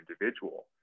individual